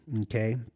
okay